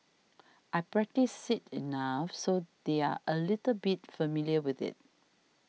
I practice it enough so they're a little bit familiar with it